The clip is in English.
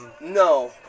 No